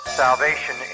salvation